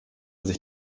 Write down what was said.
sich